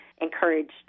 encouraged